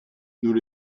nous